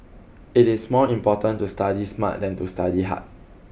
it is more important to study smart than to study hard